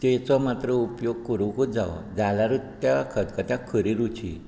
तेचो मात्र उपयोग करूकूच जावो जाल्यारुच त्या खतखत्याक खरी रूची